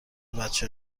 بچه